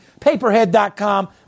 Paperhead.com